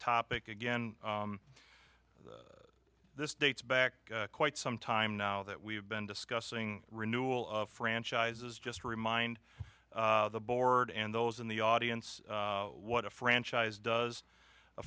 topic again this dates back quite some time now that we've been discussing renewal of franchises just remind the board and those in the audience what a franchise does a